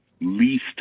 least